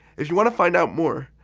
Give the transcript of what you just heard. if you want to find out more,